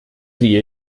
sie